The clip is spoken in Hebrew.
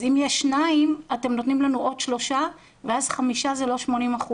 אז אם יש שניים אתם נותנים לנו עוד שלושה ואז חמישה זה לא 80%,